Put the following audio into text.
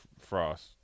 Frost